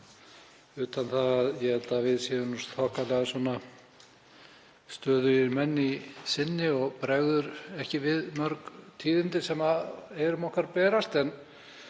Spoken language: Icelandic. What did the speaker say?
hennar. Ég held að við séum þokkalega stöðugir menn í sinni og bregður ekki við mörg tíðindi sem eyrum okkar berast. En